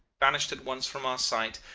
vanished at once from our sight,